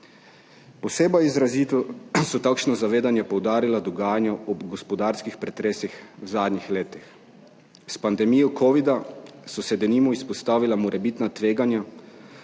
Posebej izrazito so takšno zavedanje poudarila dogajanja ob gospodarskih pretresih v zadnjih letih. S pandemijo covida so se denimo izpostavila morebitna tveganja,